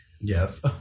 Yes